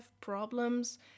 problems